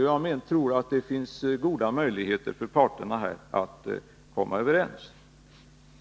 Jag tror alltså att det finns förutsättningar för parterna att komma överens.